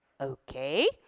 Okay